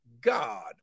God